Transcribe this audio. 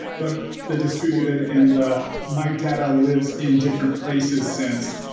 but the distributed in the my data lives in different places sense.